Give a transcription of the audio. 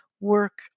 work